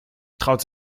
traut